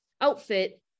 outfit